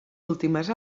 últimes